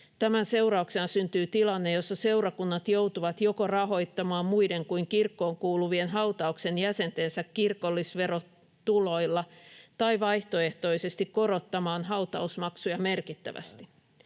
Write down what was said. Tämän seurauksena syntyy tilanne, jossa seurakunnat joutuvat joko rahoittamaan muiden kuin kirkkoon kuuluvien hautauksen jäsentensä kirkollisverotuloilla tai vaihtoehtoisesti korottamaan hautausmaksuja merkittävästi.